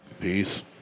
Peace